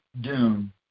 doom